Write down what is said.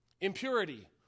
impurity